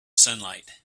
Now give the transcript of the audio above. sunlight